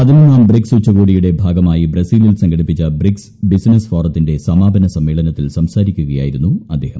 പതിനൊന്നാം ബ്രിക്സ് ഉച്ചകോടിയുടെ ഭാഗമായി ബ്രസീലിൽ സംഘടിപ്പിച്ച ബ്രിക്സ് ബിസിനസ് ഫോറത്തിന്റെ സമാപന സമ്മേളനത്തിൽ സംസാരിക്കുകയായിരുന്നു അദ്ദേഹം